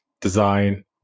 design